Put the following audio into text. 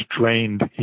drained